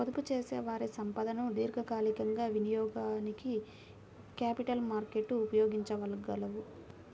పొదుపుచేసేవారి సంపదను దీర్ఘకాలికంగా వినియోగానికి క్యాపిటల్ మార్కెట్లు ఉపయోగించగలవు